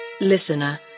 Listener